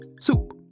soup